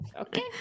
okay